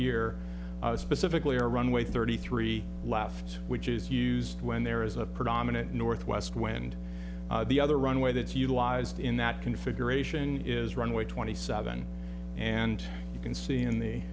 was specifically or runway thirty three left which is used when there is a predominant northwest wind the other runway that's utilized in that configuration is runway twenty seven and you can see in the